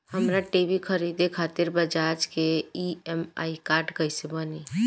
हमरा टी.वी खरीदे खातिर बज़ाज़ के ई.एम.आई कार्ड कईसे बनी?